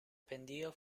pendio